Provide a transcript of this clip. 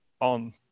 on